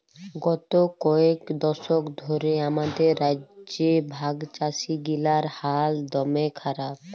গত কয়েক দশক ধ্যরে আমাদের রাজ্যে ভাগচাষীগিলার হাল দম্যে খারাপ